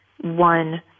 one